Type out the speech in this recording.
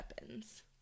weapons